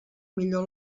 millor